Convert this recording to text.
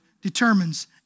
determines